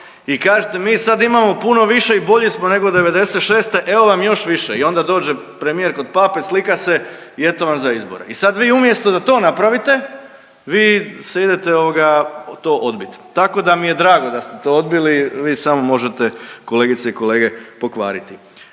i kažete mi sad imamo puno više i bolji smo nego '96., evo vam još više i onda dođe premijer kod pape, slika se i eto vam za izbore. I sad vi umjesto da to napravite vi se idete ovoga to odbit. Tako da mi je drago da ste to odbili, vi samo možete kolegice i kolege pokvariti.